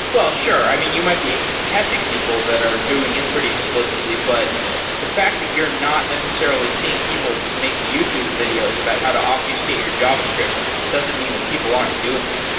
well, sure. i mean, you might be catching people that are doing it pretty explicitly, but the fact that you're not necessarily seeing people make youtube videos about how to obfuscate your javascript doesn't mean that people aren't doing it.